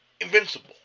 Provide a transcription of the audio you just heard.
invincible